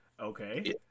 Okay